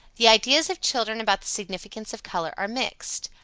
the ideas of children about the significance of color are mixed.